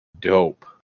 Dope